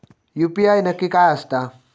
UPI नक्की काय आसता?